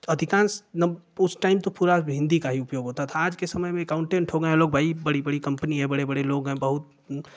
अधिकांश नब्ब उस टाइम तो पूरा हिन्दी का ही उपयोग होता था आज के समय में एकाउन्टेन्ट हो गयें हैं लोग भाई बड़ी बड़ी कम्पनी है बड़े बड़े लोग हैं बहुत